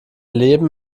leben